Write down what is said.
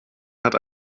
hat